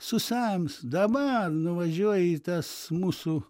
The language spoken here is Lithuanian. susems dabar nuvažiuoja į tas mūsų